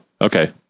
okay